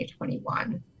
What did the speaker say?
2021